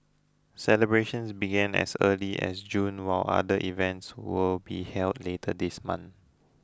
celebrations began as early as June while other events will be held later this month